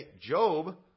Job